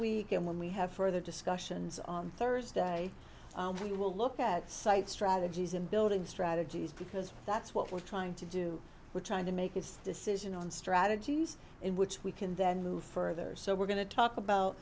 week and when we have further discussions on thursday we will look at sites strategies and building strategies because that's what we're trying to do we're trying to make its decision on strategies in which we can then move further so we're going to talk about